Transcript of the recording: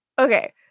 Okay